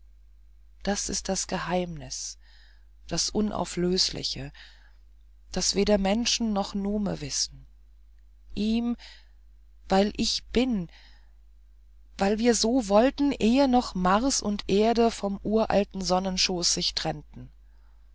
das ist das geheimnis das unauflösliche das weder menschen noch nume wissen ihm weil ich bin weil wir so wollten ehe noch mars und erde vom uralten sonnenschoß sich trennten